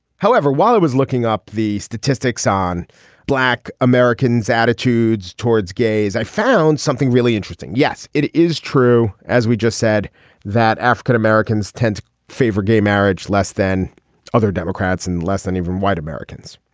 however while it was looking up the statistics on black americans attitudes towards gays i found something really interesting. yes it is true as we just said that african-americans tend to favor gay marriage less than other democrats and less than even white americans.